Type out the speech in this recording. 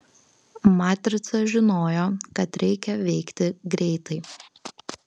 matrica žinojo kad reikia veikti greitai